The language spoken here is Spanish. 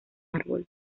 árbol